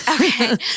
Okay